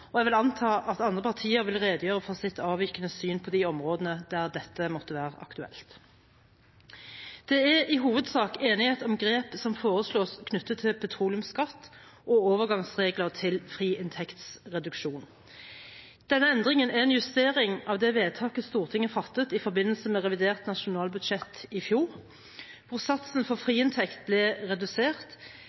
og jeg vil anta at andre partier vil redegjøre for sitt avvikende syn på de områdene der dette er aktuelt. Det er i hovedsak enighet om grep som foreslås knyttet til petroleumsskatt og overgangsregler til friinntektsreduksjon. Denne endringen er en justering av det vedtaket Stortinget fattet i forbindelse med revidert nasjonalbudsjett i fjor, hvor satsen for friinntekt ble redusert,